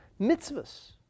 mitzvahs